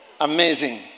amazing